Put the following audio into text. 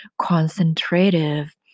concentrative